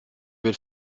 wird